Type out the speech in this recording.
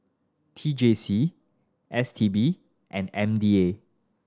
T J C S T B and M D A